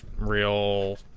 real